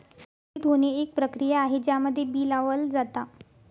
अंकुरित होणे, एक प्रक्रिया आहे ज्यामध्ये बी लावल जाता